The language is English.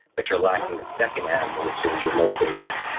but you're lacking the second m, which is your motivation.